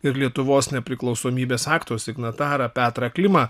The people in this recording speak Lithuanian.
ir lietuvos nepriklausomybės akto signatarą petrą klimą